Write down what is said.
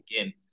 again